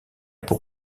pour